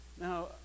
now